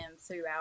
throughout